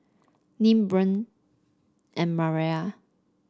Nim Bynum and Maria